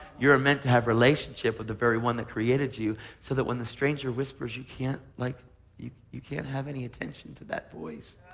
you're meant to have relationship with the very one that created you so that when the stranger whispers, you can't like you you can't have any attention to that voice.